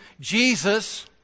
Jesus